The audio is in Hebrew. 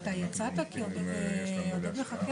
אני רוצה להתנצל בשם משרד העלייה והקליטה